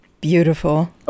beautiful